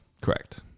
correct